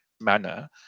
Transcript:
manner